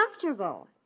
comfortable